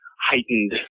heightened